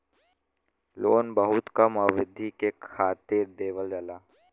loan बहुत कम अवधि के खातिर देवल जाला